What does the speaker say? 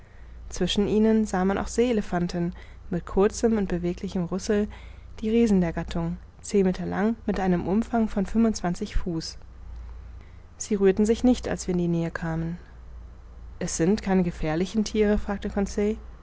zwischen ihnen sah man auch see elephanten mit kurzem und beweglichem rüssel die riesen der gattung zehn meter lang mit einem umfang von fünfundzwanzig fuß sie rührten sich nicht als wir in die nähe kamen es sind keine gefährlichen thiere fragte